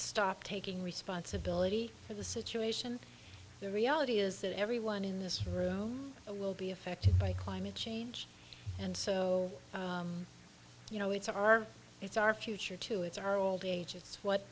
stop taking responsibility for the situation the reality is that everyone in this room will be affected by climate change and so you know it's our it's our future too it's our old age it's what